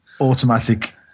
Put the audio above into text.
automatic